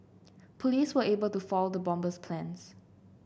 police were able to foil the bomber's plans